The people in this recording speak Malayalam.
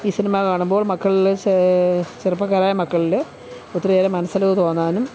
ഈ സിനിമ കാണുമ്പോൾ മക്കളുടെ ചെറുപ്പക്കാരായ മക്കളിൽ ഒത്തിരിയേറെ മനസ്സലിവ് തോന്നാനും